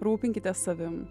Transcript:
rūpinkitės savim